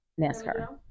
NASCAR